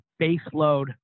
baseload